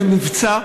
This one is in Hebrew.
למבצע,